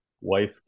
wife